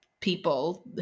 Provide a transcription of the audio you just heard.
people